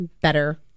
better